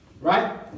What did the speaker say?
Right